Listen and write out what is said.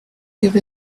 give